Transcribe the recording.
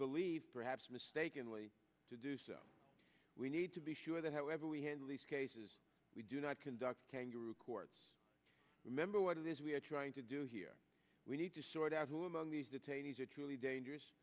believe perhaps mistakenly to do so we need to be sure that however we handle these cases we do not conduct kangaroo courts remember what it is we are trying to do here we need to sort out who among these detainees are truly dangerous